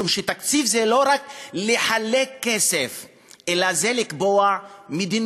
משום שתקציב זה לא רק לחלק כסף אלא זה לקבוע מדיניות,